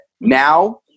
now